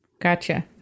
Gotcha